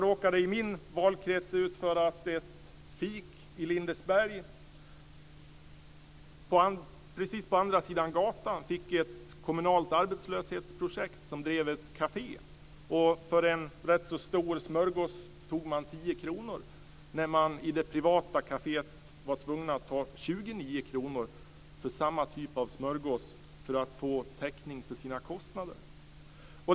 I min valkrets råkade ett fik i Lindesberg ut för att det precis på andra sidan gatan startade ett kommunalt arbetslöshetsprojekt som drev ett kafé. För en ganska stor smörgås tog man 10 kr. I det privata kaféet var man tvungna att ta 29 kr för samma typ av smörgås för att få täckning för sina kostnader.